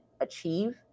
achieve